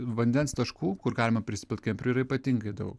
vandens taškų kur galima prisipilt kemperiu yra ypatingai daug